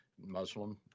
Muslim